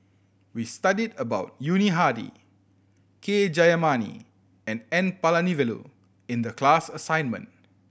we studied about Yuni Hadi K Jayamani and N Palanivelu in the class assignment